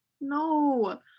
no